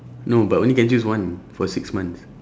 no but only can choose one for six months